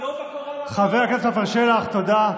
חבר הכנסת עפר שלח, תודה.